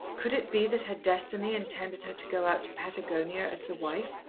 could it be that her destiny intended her to go out to patagonia as the wife,